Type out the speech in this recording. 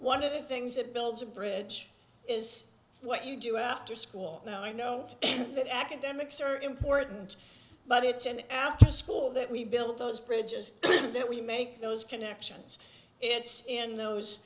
the things that builds a bridge is what you do after school now i know that academics are important but it's an after school that we build those bridges that we make those connections it's in those